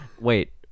Wait